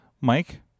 Mike